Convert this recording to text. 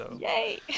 Yay